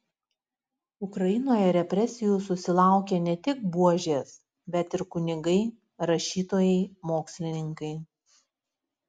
ukrainoje represijų susilaukė ne tik buožės bet ir kunigai rašytojai mokslininkai